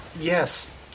Yes